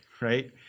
right